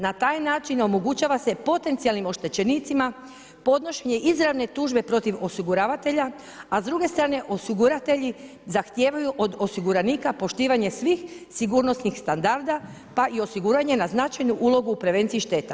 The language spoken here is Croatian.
Na taj način omogućava se potencijalnim oštećenicima podnošenje izravne tužbe protiv osiguravatelja, a s druge strane, osiguratelji zahtijevaju od osiguranika poštovanje svih sigurnosnih standarda pa i osiguranje na značajnu ulogu u prevenciji šteta.